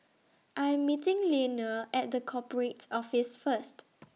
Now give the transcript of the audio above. I Am meeting Leaner At The Corporate Office First